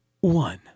one